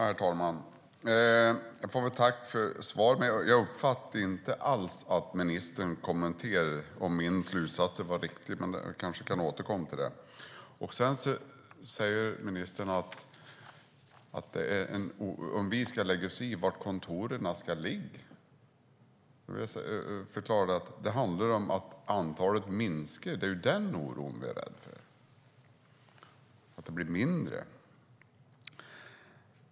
Herr talman! Jag får tacka för svaret. Jag uppfattade inte att ministern kommenterade om min slutsats var riktig, men hon kanske kan återkomma till det. Ministern undrar om vi ska lägga oss i var kontoren ska ligga, men det handlar om att vi är oroliga för att antalet kontor ska minska, att de blir färre.